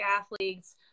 athletes